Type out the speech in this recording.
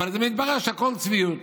אבל מתברר שהכול צביעות.